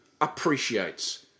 appreciates